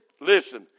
Listen